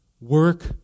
Work